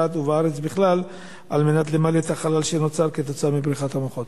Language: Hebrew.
ובארץ בכלל כדי למלא את החלל שנוצר בשל בריחת המוחות?